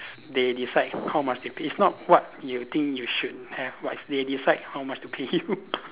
they decide how much they pay is not what you think you should have but is they decide how much to pay you